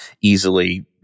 easily